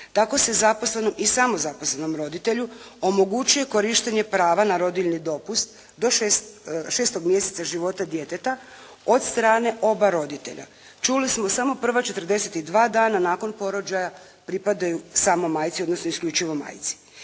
Tako se zaposlenom i samozaposlenom roditelju omogućuje korištenje prava na rodiljni dopust do šestog mjeseca života djeteta od strane oba roditelja. Čuli smo samo prva 42 dana nakon porođaja pripadaju samo majci, odnosno isključivo majci.